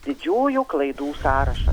didžiųjų klaidų sąrašas